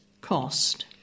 cost